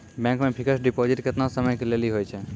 Bank मे fixed deposit केतना समय के लेली होय छै?